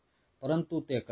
પરંતુ તે કરે છે